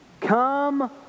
Come